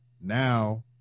now